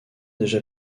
déjà